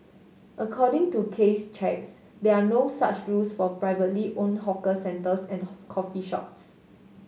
according to Case checks there are no such rules for privately own hawkers centres and coffee shops